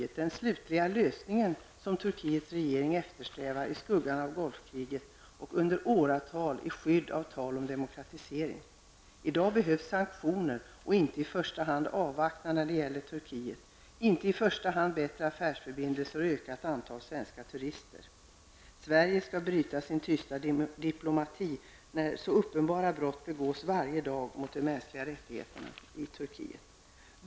Det är den slutliga lösning som Turkiets regering eftersträvat i skuggan av Gulfkriget och under åratal i skydd av tal om demokratisering. I dag behövs sanktioner och inte i första hand avvaktan när det gäller Turkiet, inte i första hand bättre affärsförbindelser och ökat antal svenska turister. Sverige skall bryta sin tysta diplomati, när så uppenbara brott begås varje dag mot de mänskliga rättigheterna i Turkiet.